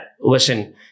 listen